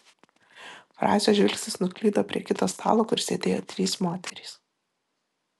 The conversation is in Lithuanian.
francio žvilgsnis nuklydo prie kito stalo kur sėdėjo trys moterys